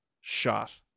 shot